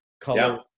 color